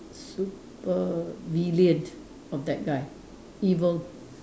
supervillain of that guy evil